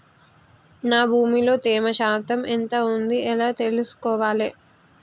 నా భూమి లో తేమ శాతం ఎంత ఉంది ఎలా తెలుసుకోవాలే?